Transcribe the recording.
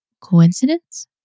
Coincidence